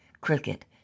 cricket